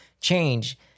change